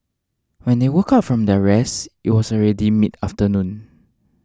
when they woke up from their rest it was already midafternoon